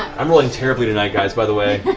i'm rolling terribly tonight, guys, by the way.